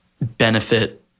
benefit